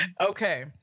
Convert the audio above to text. okay